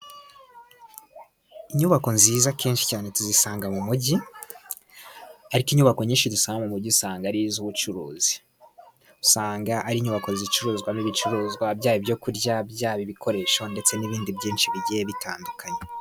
Inyubako nziza akenshi cyane tuzisanga mu mugi, ariko inyubako nyinshi dusanga mu mugi usanga ari iz'ubucuruzi, usanga ari inyubako zicuruzwa n'ibicuruzwa byaba ibyo kurya, byaba ibikoresho, ndetse n'ibindi byinshi bigiye bitandukanye.